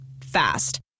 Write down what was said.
Fast